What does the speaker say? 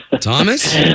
Thomas